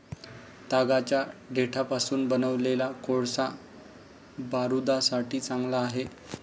तागाच्या देठापासून बनवलेला कोळसा बारूदासाठी चांगला आहे